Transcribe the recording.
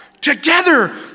together